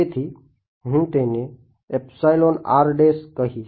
તેથી હું તેને કહીશ